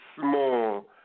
small